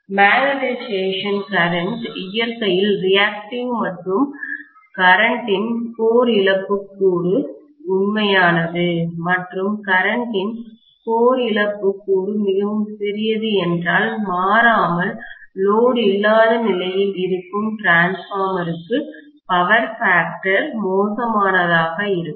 magnetisation கரண்ட்மின்னோட்டம் இயற்கையில் reactive மற்றும் கரண்டின்மின்னோட்டத்தின் கோர் இழப்பு கூறு உண்மையானது மற்றும் கரண்டின்மின்னோட்டத்தின் கோர் இழப்பு கூறு மிகவும் சிறியது என்பதால் மாறாமல் லோடு இல்லாத நிலையில் இருக்கும் டிரான்ஸ்பார்மர்க்குமின்மாற்றிக்கு பவர் ஃபேக்டர் சக்தி காரணி மோசமானதாக இருக்கும்